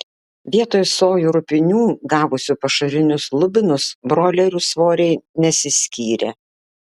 vietoj sojų rupinių gavusių pašarinius lubinus broilerių svoriai nesiskyrė